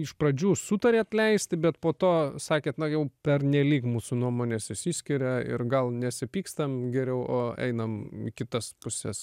iš pradžių sutarėt leisti bet po to sakėt na jau pernelyg mūsų nuomonės išsiskiria ir gal nesipykstam geriau o einam į kitas puses